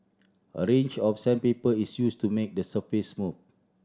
a range of sandpaper is used to make the surface smooth